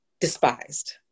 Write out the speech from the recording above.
despised